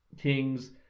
kings